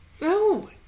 No